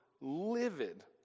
livid